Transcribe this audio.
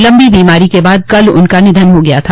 लम्बी बीमारी के बाद कल उनका निधन हो गया था